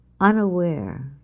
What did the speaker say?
unaware